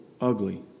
ugly